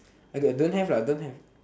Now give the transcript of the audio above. I got don't have lah don't have